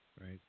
Right